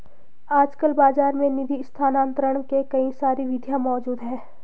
आजकल बाज़ार में निधि स्थानांतरण के कई सारी विधियां मौज़ूद हैं